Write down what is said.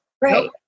right